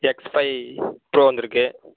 X Fi Pro வந்திருக்கு